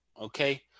Okay